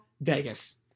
Vegas